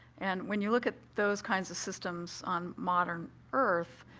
and when you look at those kinds of systems on modern earth,